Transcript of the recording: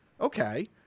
Okay